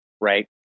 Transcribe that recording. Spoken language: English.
right